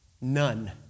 None